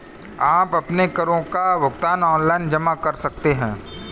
आप अपने करों का भुगतान ऑनलाइन जमा कर सकते हैं